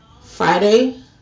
Friday